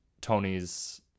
tony's